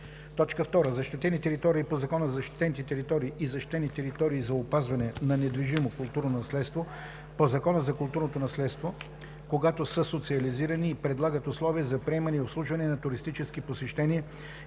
2. защитени територии по Закона за защитените територии и защитени територии за опазване на недвижимо културно наследство по Закона за културното наследство – когато са социализирани и предлагат условия за приемане и обслужване на туристически посещения